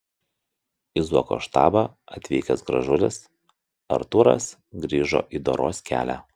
į zuoko štabą atvykęs gražulis artūras grįžo į doros kelią